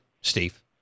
Steve